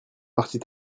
partie